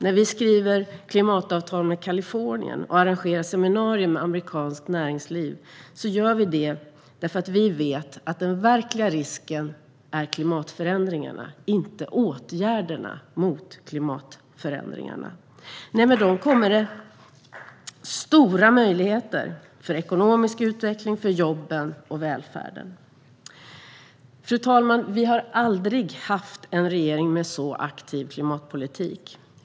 När vi skriver klimatavtal med Kalifornien och arrangerar seminarier med amerikanskt näringsliv gör vi det för att vi vet att den verkliga risken är klimatförändringarna, inte åtgärderna mot klimatförändringarna. Med dessa klimatåtgärder kommer stora möjligheter för ekonomisk utveckling, för jobben och för välfärden. Fru talman! Vi har aldrig haft en regering med en så aktiv klimatpolitik.